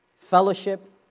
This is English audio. fellowship